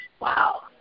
Wow